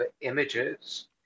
images